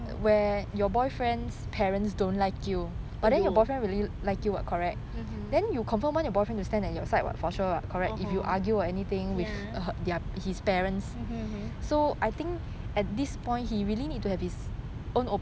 mm mmhmm ya mmhmm mmhmm